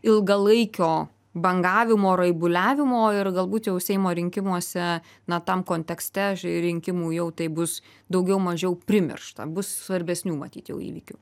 ilgalaikio bangavimo raibuliavimo ir galbūt jau seimo rinkimuose na tam kontekste aš į rinkimų jau taip bus daugiau mažiau primiršta bus svarbesnių matyt jau įvykių